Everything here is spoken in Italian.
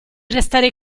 restare